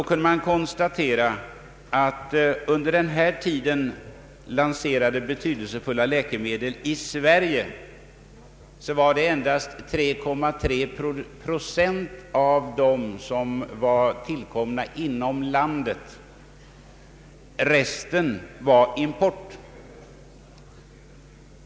Man kan konstatera att av under denna tid i Sverige lanserade betydelsefulla läkemedel var endast 3,3 procent tillkomna inom landet. Resten var import.